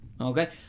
Okay